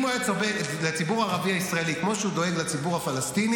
אם הוא היה דואג לציבור הערבי-הישראלי כמו שהוא דואג לציבור הפלסטיני,